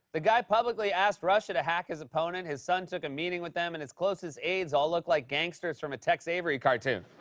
the guy publicly asked russia to hack his opponent, his son took a meeting with them, and his closest aides all look like gangsters from a tex avery cartoon.